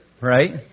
right